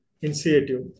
initiative